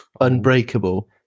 Unbreakable